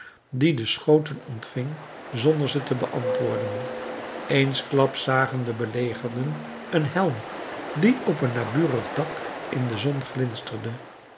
die de schoten ontving zonder ze te beantwoorden eensklaps zagen de belegerden een helm die op een naburig dak in de zon glinsterde